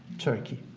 turkey.